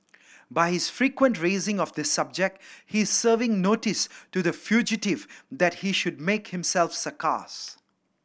by his frequent raising of this subject he is serving notice to the fugitive that he should make himself scarce